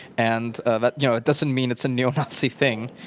and ah you know it doesn't mean it's a neo-nazi thing.